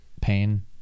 Pain